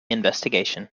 investigation